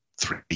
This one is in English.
three